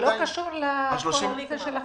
לא קשור לכל הנושא של ה-50.